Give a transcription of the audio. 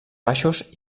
baixos